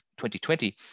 2020